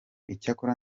icyakora